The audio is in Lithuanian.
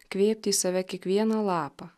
kvėpti į save kiekvieną lapą